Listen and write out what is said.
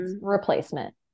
replacement